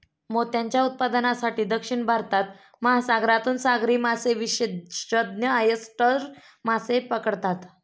मोत्यांच्या उत्पादनासाठी, दक्षिण भारतात, महासागरातून सागरी मासेविशेषज्ञ ऑयस्टर मासे पकडतात